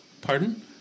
pardon